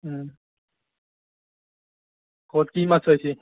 ক'ত কি মাছ ওলাইছে